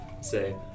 Say